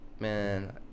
Man